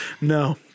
No